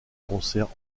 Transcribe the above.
concerts